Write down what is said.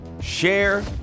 share